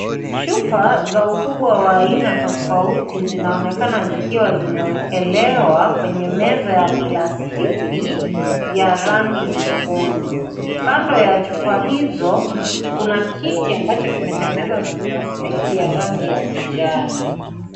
Chupa za ukubwa wa aina tofauti, zinaonekana zikiwa zimewekelewa kwenye meza ya plastiki ya rangi nyekundu. Kando ya chupa hizo, kuna kiti ambacho kimetengenezwa na plastiki ya rangi ya kijani.